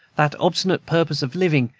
that obstinate purpose of living,